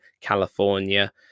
california